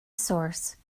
source